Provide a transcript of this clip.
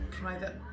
private